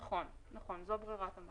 נכון, זאת ברירת המחדל.